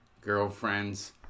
girlfriends